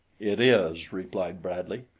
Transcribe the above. it is, replied bradley.